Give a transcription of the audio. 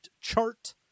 Chart